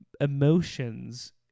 emotions